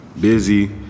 busy